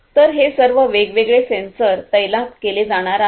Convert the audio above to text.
तर हे सर्व वेगवेगळे सेन्सॉर तैनात केले जाणार आहेत